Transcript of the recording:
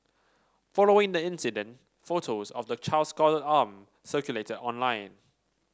following the incident photos of the child's scalded arm circulated online